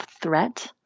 threat